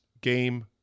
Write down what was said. game